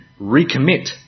recommit